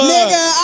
Nigga